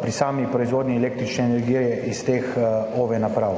pri sami proizvodnji električne energije iz teh naprav